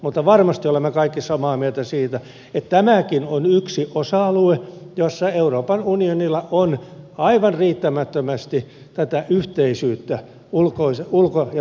mutta varmasti olemme kaikki samaa mieltä siitä että tämäkin on yksi osa alue jossa euroopan unionilla on aivan riittämättömästi tätä yhteisyyttä ulko ja turvallisuuspolitiikassaan